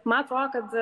man atrodo kad